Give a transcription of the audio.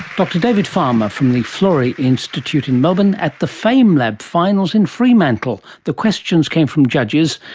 dr david farmer from the florey institute in melbourne at the famelab finals in fremantle. the questions came from judges,